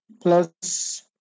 Plus